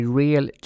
real